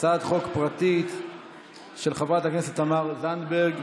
הצעת חוק פרטית של חברת הכנסת תמר זנדברג,